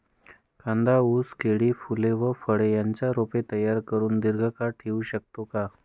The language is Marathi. कांदा, ऊस, केळी, फूले व फळे यांची रोपे तयार करुन दिर्घकाळ ठेवू शकतो का?